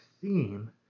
theme